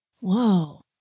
Whoa